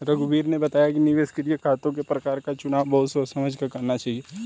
रघुवीर ने बताया कि निवेश के लिए खातों के प्रकार का चुनाव बहुत सोच समझ कर करना चाहिए